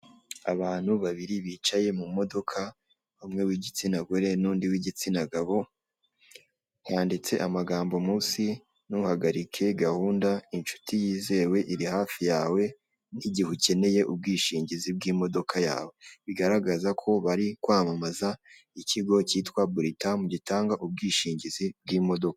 Abantu babiri bicaye mu modoka umwe w'igitsina gore n'undi w'igitsina gabo, handintse amagambo munsi "ntuhagarike gahunda, inshuti yizewe iri hafi yawe nk'igihe ukeneye ubwishingizi bw'imodoka yawe". Bigaragaza ko bari kwamamaza ikigo kitwa Britam gitanga ubwishingizi bw'imodoka.